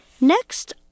Next